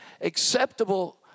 acceptable